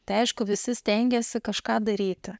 tai aišku visi stengiasi kažką daryti